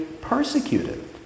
persecuted